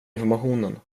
informationen